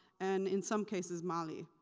and in some cases, mali.